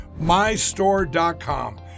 MyStore.com